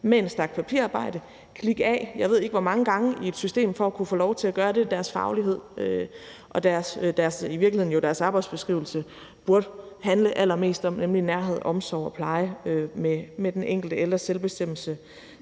med en stak papirarbejde og klikke af, jeg ved ikke hvor mange gange i et system for at kunne få lov til at gøre det, deres faglighed og i virkeligheden jo deres arbejdsbeskrivelse burde handle allermest om, nemlig nærhed, omsorg og pleje med den enkelte ældres selvbestemmelse